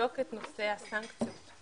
לבדוק את נושא הסנקציות.